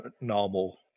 normal